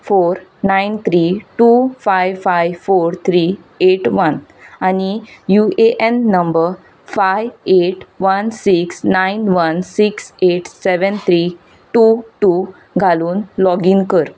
four nine three two five five four three eight one आनी UAN number five eight one six nine one six eight seven three two two घालून login कर